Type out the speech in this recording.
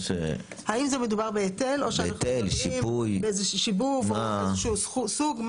האם זה מדובר בהיטל או שאנחנו מדברים באיזה שיבוב או איזה שהוא סוג?